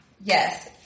Yes